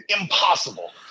impossible